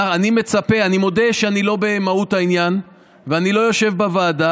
אני מודה שאני לא במהות העניין ואני לא יושב בוועדה.